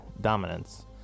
dominance